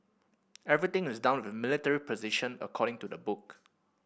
everything is done with military precision according to the book